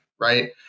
Right